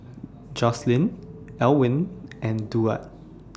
Joslyn Elwyn and Duard